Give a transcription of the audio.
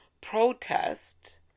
protest